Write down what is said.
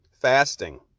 fasting